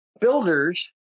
builders